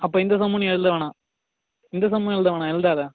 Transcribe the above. அப்போ இந்த செம்மும் நீ எழுத வேணாம் இந்த செம்மும் எழுத வேணாம் எழுதாத